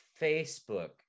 Facebook